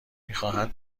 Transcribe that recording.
میخواهند